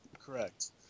Correct